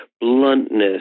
bluntness